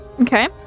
Okay